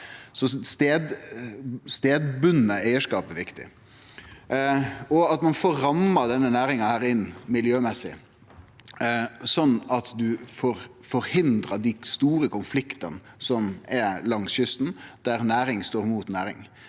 Så stadbundne eigarskap er viktige. Ein må også få ramma denne næringa inn miljømessig, slik at ein får forhindra dei store konfliktane som er langs kysten, der næring står mot næring.